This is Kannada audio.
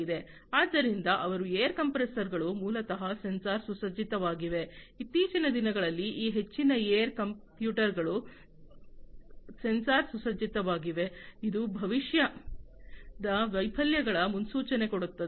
ಆದ್ದರಿಂದ ಅವರ ಏರ್ ಕಂಪ್ರೆಸರ್ ಗಳು ಮೂಲತಃ ಸೆನ್ಸಾರ್ ಸುಸಜ್ಜಿತವಾಗಿವೆ ಇತ್ತೀಚಿನ ದಿನಗಳಲ್ಲಿ ಈ ಹೆಚ್ಚಿನ ಏರ್ ಕಂಪ್ಯೂಟರ್ ಗಳು ಸೆನ್ಸರ್ ಸುಸಜ್ಜಿತವಾಗಿವೆ ಇದು ಭವಿಷ್ಯದ ವೈಫಲ್ಯಗಳ ಮುನ್ಸೂಚನೆ ಕೊಡುತ್ತವೆ